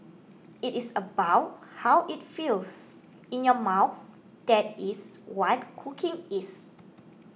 it is about how it feels in your mouth that is what cooking is